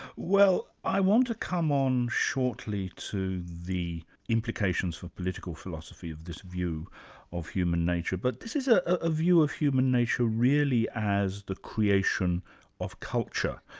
well, i want to come on shortly to the implications for political philosophy of this view of human nature. but this is a ah view of human nature really as the creation of culture,